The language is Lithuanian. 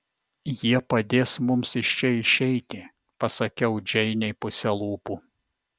jie padės mums iš čia išeiti pasakiau džeinei puse lūpų